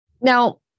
Now